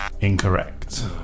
Incorrect